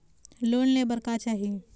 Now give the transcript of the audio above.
Loan ले बार का चाही?